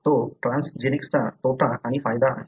तो ट्रान्सजेनिक्सचा तोटा आणि फायदा आहे